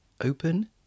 open